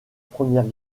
première